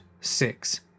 six